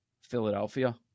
Philadelphia